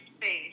space